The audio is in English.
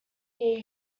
year